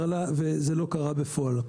וזה לא קרה בפועל.